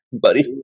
buddy